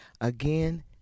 Again